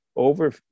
over